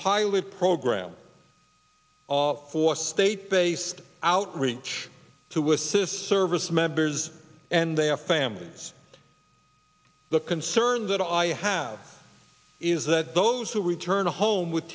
pilot program for state based outreach to assist service members and their families the concerns that i have is that those who return home with